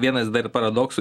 vienas dar paradoksų